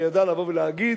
שידע לבוא ולהגיד